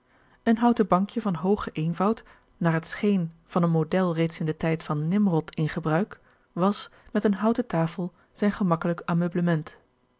een houten bankje van hoogen eenvoud naar het scheen van een model reeds in den tijd van nimrod in gebruik was met eene houten tafel zijn gemakkelijk ameublement